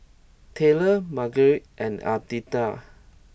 Tyler Margery and Aditya